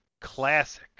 Classic